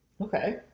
Okay